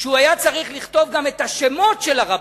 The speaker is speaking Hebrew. שהוא היה צריך לכתוב גם את שמות הרבנים,